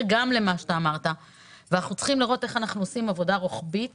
אנחנו צריכים לראות איך אנחנו עושים עבודה רוחבית